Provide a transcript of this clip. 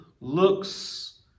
looks